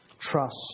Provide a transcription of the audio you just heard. trust